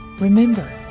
remember